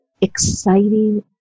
exciting